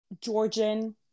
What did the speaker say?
georgian